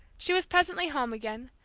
she was presently home again,